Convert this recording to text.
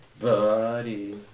Buddy